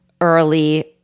early